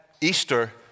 Easter